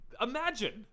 Imagine